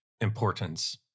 importance